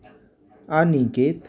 Aniket